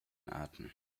arten